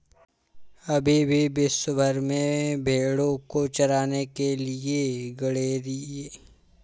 अभी भी विश्व भर में भेंड़ों को चराने के लिए गरेड़िए नियुक्त होते हैं